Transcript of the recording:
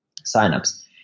signups